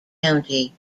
county